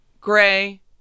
gray